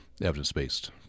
evidence-based